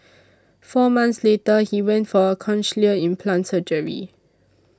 four months later he went for cochlear implant surgery